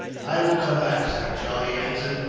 i will come back, sir, charlie answered.